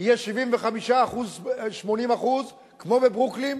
יהיה 80%-75%, כמו בברוקלין,